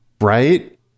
Right